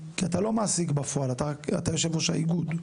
כי אתה לא מעסיק בפועל, אתה יושב ראש האיגוד.